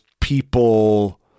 people